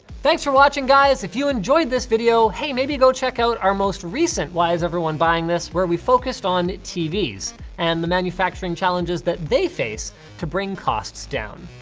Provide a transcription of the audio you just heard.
thanks for watching guys. if you enjoyed this video, hey maybe go check out our most recent why's everyone buying this, where we focused on tvs and the manufacturing challenges that they face to bring costs down.